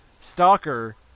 stalker